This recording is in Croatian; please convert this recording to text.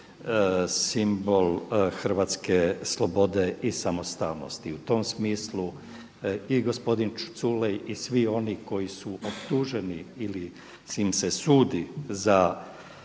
simbol hrvatske slobode i samostalnosti. U tom smislu i gospodin Culej i svi oni koji su optuženi ili im se sudi za